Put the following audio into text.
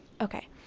Okay